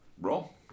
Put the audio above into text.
Roll